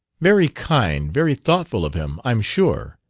very kind, very thoughtful of him, i'm sure,